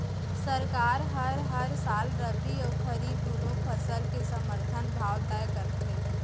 सरकार ह हर साल रबि अउ खरीफ दूनो फसल के समरथन भाव तय करथे